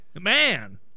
Man